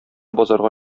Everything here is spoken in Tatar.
базарга